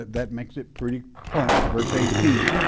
that makes it pretty plain. verse eighteen,